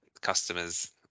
customers